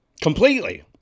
completely